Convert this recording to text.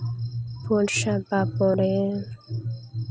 ᱯᱩᱬ ᱥᱟᱯᱷᱟ ᱯᱚᱨᱮ